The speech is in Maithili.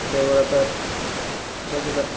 कतेक गोरे तऽ उठै छै तऽ